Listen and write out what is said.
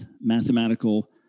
mathematical